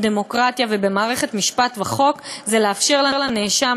בדמוקרטיה ובמערכת משפט וחוק זה לאפשר לנאשם,